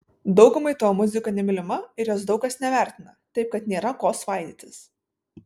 daugumai tavo muzika nemylima ir jos daug kas nevertina taip kad nėra ko svaidytis